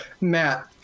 Matt